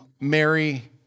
Mary